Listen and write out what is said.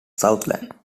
southland